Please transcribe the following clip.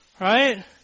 Right